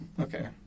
okay